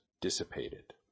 dissipated